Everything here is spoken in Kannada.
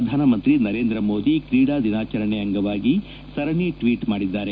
ಪ್ರಧಾನಮಂತ್ರಿ ನರೇಂದ್ರ ಮೋದಿ ಕ್ರೀಡಾ ದಿನಾಚರಣೆ ಅಂಗವಾಗಿ ಸರಣಿ ಟ್ವೀಟ್ ಮಾಡಿದ್ದಾರೆ